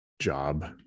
job